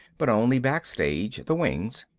but only backstage, the wings.